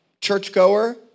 churchgoer